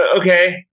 Okay